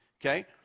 okay